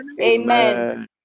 Amen